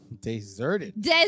Deserted